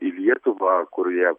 į lietuvą kur jie